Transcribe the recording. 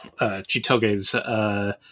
Chitoge's